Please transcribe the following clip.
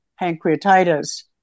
pancreatitis